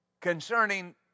concerning